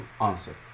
answer